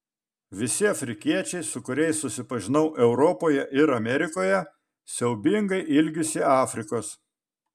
visi afrikiečiai su kuriais susipažinau europoje ir amerikoje siaubingai ilgisi afrikos